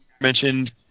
mentioned